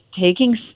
taking